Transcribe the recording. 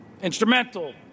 instrumental